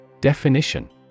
Definition